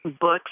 books